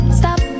stop